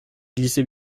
glisser